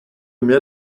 mehr